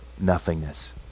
nothingness